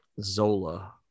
Zola